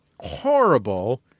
horrible